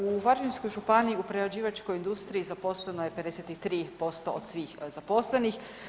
U Varaždinskoj županiji u prerađivačkoj industriji zaposleno je 53% od svih zaposlenih.